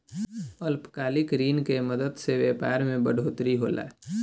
अल्पकालिक ऋण के मदद से व्यापार मे बढ़ोतरी होला